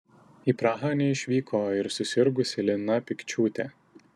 į prahą neišvyko ir susirgusi lina pikčiūtė